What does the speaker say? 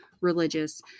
religious